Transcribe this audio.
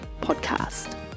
podcast